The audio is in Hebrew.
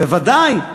בוודאי.